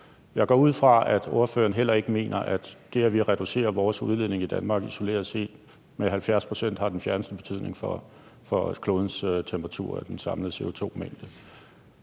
Jeg går ud fra, at ordføreren heller ikke mener, at det, at vi reducerer vores udledning i Danmark isoleret set med 70 pct., har den fjerneste betydning for klodens temperatur og den samlede CO₂-mængde.